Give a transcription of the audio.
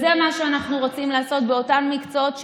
זה מה שאנחנו רוצים לעשות באותם מקצועות.